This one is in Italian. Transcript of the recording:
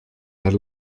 per